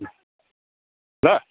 ल